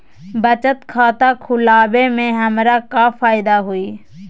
बचत खाता खुला वे में हमरा का फायदा हुई?